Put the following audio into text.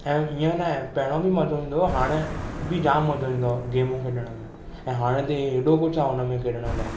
ऐं इएं न आहे पहिरियों बि मज़ो ईन्दो हो हाणे बि जाम मज़ो ईन्दो आहे गेमूं खेलण में ऐं हाणे त एॾो कुझु आहे हुन में खेलण लाइ